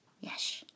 Yes